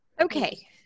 Okay